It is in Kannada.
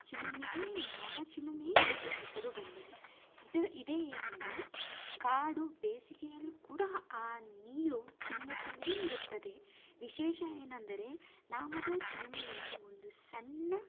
ಚಿಲುಮೆಗೆ ನಾಮ ಚಿಲುಮೆ ಎಂದು ಹೆಸರು ಬಂದಿದೆ ಇದ ಇದೇ ಏನಂದರೆ ಕಾಡು ಬೇಸಿಗೆಯಲ್ಲಿ ಕೂಡ ಆ ನೀರು ಚಿಮ್ಮುತ್ತಲೇ ಇರುತ್ತದೆ ವಿಶೇಷ ಏನೆಂದರೆ ನಾಮದ ಚಿಲುಮೆಯಲ್ಲಿ ಒಂದು ಸಣ್ಣ